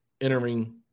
entering